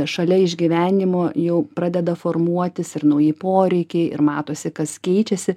šalia išgyvenimo jau pradeda formuotis ir nauji poreikiai ir matosi kas keičiasi